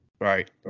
Right